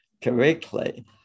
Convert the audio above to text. correctly